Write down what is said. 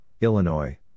Illinois